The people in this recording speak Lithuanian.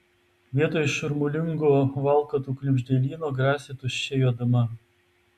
vietoj šurmulingo valkatų knibždėlyno grasi tuščia juoduma